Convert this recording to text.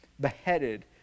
beheaded